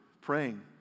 praying